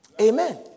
Amen